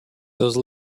those